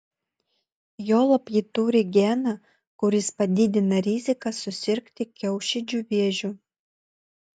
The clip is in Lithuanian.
juolab ji turi geną kuris padidina riziką susirgti kiaušidžių vėžiu